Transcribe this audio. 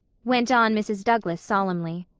went on mrs. douglas solemnly.